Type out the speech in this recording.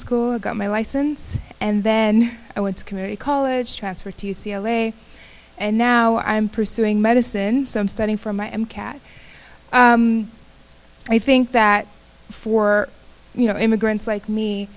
school and got my license and then i went to community college transfer to u c l a and now i'm pursuing medicine so i'm studying for my m cat i think that for you know immigrants like me